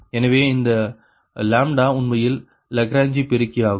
எனவே இந்த உண்மையில் லாக்ராங்கே பெருக்கி ஆகும்